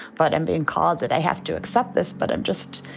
but i'm being called that. i have to accept this but i'm just,